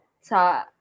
sa